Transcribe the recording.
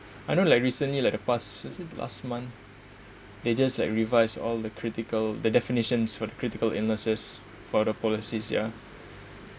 I know like recently like the past last month they just revise all the critical the definitions for the critical illnesses for the policies ya